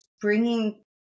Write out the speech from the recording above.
bringing